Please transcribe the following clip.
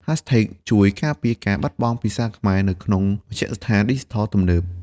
ហាស់ថេកជួយការពារការបាត់បង់ភាសាខ្មែរនៅក្នុងមជ្ឍដ្ឋានឌីជីថលទំនើប។